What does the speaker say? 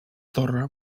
torre